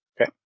Okay